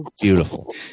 Beautiful